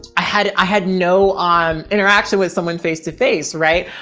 i had, i had no om interaction with someone face to face. right.